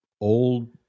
old